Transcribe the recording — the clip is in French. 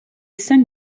cinq